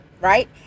right